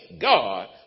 God